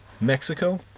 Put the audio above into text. Mexico